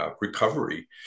recovery